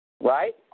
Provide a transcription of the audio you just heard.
Right